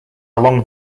along